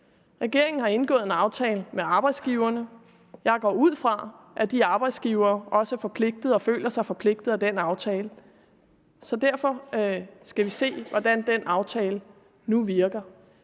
Regeringen har indgået en aftale med arbejdsgiverne. Jeg går ud fra, at de arbejdsgivere også er forpligtet og føler sig forpligtet af den aftale. Så derfor skal vi se, hvordan den aftale nu virker.